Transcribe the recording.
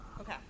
Okay